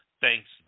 Thanks